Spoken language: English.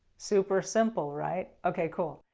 super simple right? okay cool.